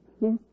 Yes